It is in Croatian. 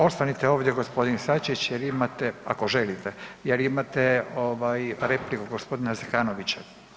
Ostanite ovdje gospodin Sačić jer imate, ako želite, jer imate ovaj repliku gospodina Zekanovića.